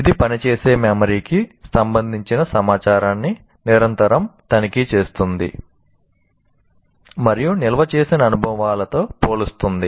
ఇది పని చేసే మెమరీకి సంబంధించిన సమాచారాన్ని నిరంతరం తనిఖీ చేస్తుంది మరియు నిల్వ చేసిన అనుభవాలతో పోలుస్తుంది